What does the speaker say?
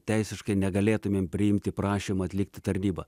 teisiškai negalėtumėm priimti prašymo atlikti tarnybą